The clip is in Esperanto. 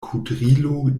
kudrilo